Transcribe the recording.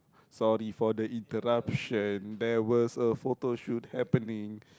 sorry for the interruption there was a photoshoot happening